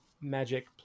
magic